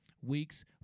weeks